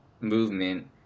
movement